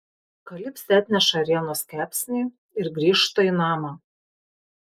kalipsė atneša ėrienos kepsnį ir grįžta į namą